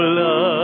love